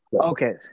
Okay